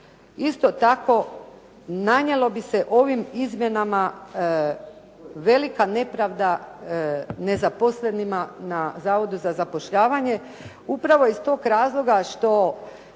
isto tako nanijelo bi se ovim izmjenama velika nepravda nezaposlenima na Zavodu za zapošljavanje upravo iz tog razloga što